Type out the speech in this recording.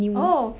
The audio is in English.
oh